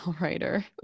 writer